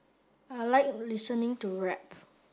I like listening to rap